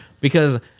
because-